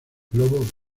globo